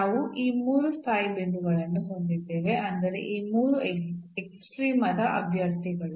ನಾವು ಈ ಮೂರು ಸ್ಥಾಯಿ ಬಿಂದುಗಳನ್ನು ಹೊಂದಿದ್ದೇವೆ ಅಂದರೆ ಈ ಮೂವರು ಎಕ್ಸ್ಟ್ರೀಮದ ಅಭ್ಯರ್ಥಿಗಳು